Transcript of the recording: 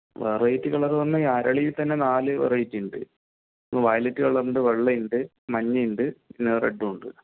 variety colour എന്ന് പറഞ്ഞാൽ ഈ അരളിയിൽ തന്നെ നാല് വെറൈറ്റീ ഉണ്ട് ഒന്ന് വൈലറ്റ് കളർ വെള്ള ഉണ്ട് മഞ്ഞ ഉണ്ട് പിന്നെ റെഡും ഉണ്ട്